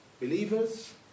Believers